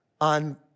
on